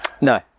No